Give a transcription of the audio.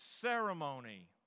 ceremony